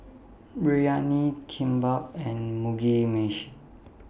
Biryani Kimbap and Mugi Meshi